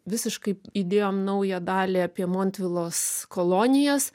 visiškai įdėjom naują dalį apie montvilos kolonijas